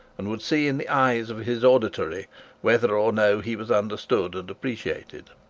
and would see in the eyes of his auditory whether or no he was understood and appreciated.